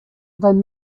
though